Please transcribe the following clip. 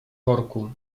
worku